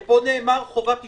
כי פה נאמר "חובת אישור".